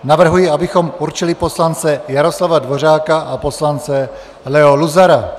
Navrhuji, abychom určili poslance Jaroslava Dvořáka a poslance Leo Luzara.